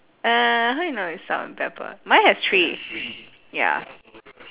uh how you know it's salt and pepper mine has three ya